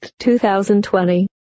2020